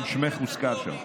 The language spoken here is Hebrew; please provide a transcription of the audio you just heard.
גם שמך הוזכר שם.